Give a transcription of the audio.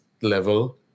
level